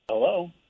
Hello